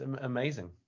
amazing